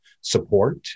support